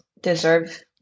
deserve